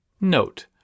Note